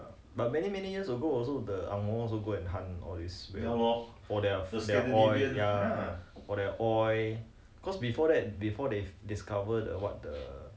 but many many years ago also the ang moh also go and hunt all this for their ya for their oil cause before that before they discover the what the